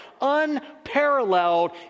unparalleled